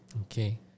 Okay